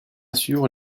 sûr